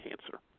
cancer